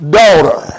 daughter